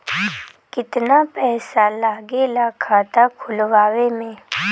कितना पैसा लागेला खाता खोलवावे में?